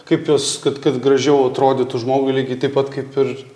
kaip jos kad kad gražiau atrodytų žmogui lygiai taip pat kaip ir